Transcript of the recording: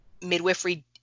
midwifery